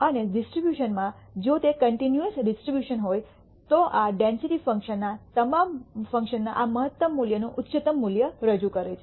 અને ડિસ્ટ્રીબ્યુશન માં જો તે કન્ટિન્યૂઅસ ડિસ્ટ્રીબ્યુશન હોય તો આ ડેન્સિટી ફંક્શનના આ મહત્તમ મૂલ્યનું ઉચ્ચતમ મૂલ્ય રજૂ કરે છે